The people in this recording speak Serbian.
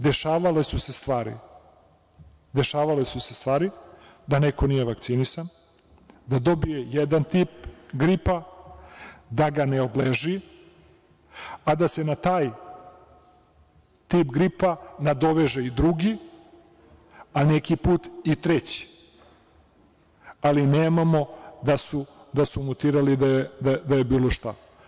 Dešavale su se stvari da neko nije vakcinisan, da dobije jedan tip gripa, da ga ne odleži, a da se na taj tip gripa nadoveže i drugi, a neki put i treći, ali nemamo da su mutirali, da je bilo šta.